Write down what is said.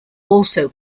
also